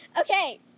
Okay